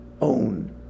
own